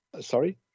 Sorry